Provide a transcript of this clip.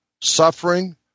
suffering